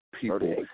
people